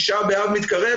תשעה באב מתקרב,